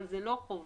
אבל זה לא חובה.